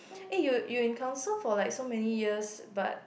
eh you you in council for like so many years but